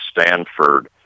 Stanford